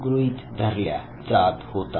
गृहीत धरल्या जात होता